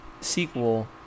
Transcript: sequel